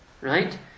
right